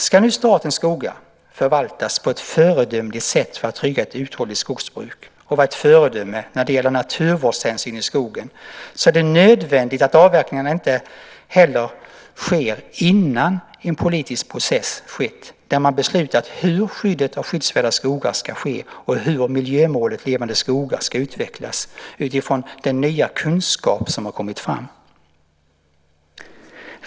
Ska nu statens skogar förvaltas på ett föredömligt sätt för att trygga ett uthålligt skogsbruk och vara ett föredöme när det gäller naturvårdshänsyn i skogen är det nödvändigt att avverkningarna inte heller sker innan en politisk process skett där man beslutat hur skyddet av skyddsvärda skogar ska ske och hur miljömålet Levande skogar ska utvecklas utifrån den nya kunskap som har kommit fram.